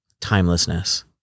timelessness